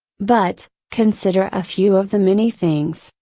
but, consider a few of the many things,